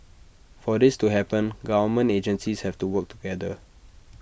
for this to happen government agencies have to work together